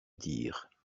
dire